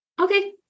Okay